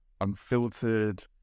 unfiltered